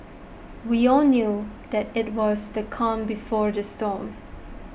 we all knew that it was the calm before the storm